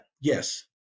Yes